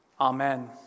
Amen